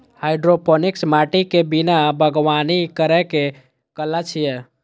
hydroponics माटि के बिना बागवानी करै के कला छियै